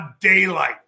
daylight